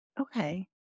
Okay